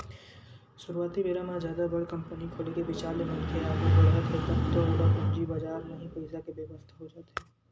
सुरुवाती बेरा जादा बड़ कंपनी खोले के बिचार ले मनखे ह आघू बड़हत हे तब तो ओला पूंजी बजार म ही पइसा के बेवस्था हो जाथे